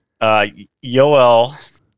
Yoel